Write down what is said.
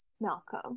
malcolm